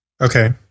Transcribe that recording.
Okay